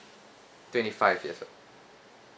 twenty five years old